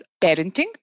parenting